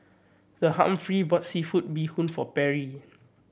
The Humphrey bought seafood bee hoon for Perry